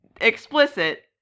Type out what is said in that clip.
explicit